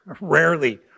rarely